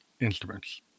instruments